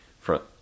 front